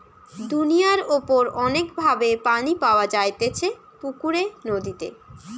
দুনিয়ার উপর অনেক ভাবে পানি পাওয়া যাইতেছে পুকুরে, নদীতে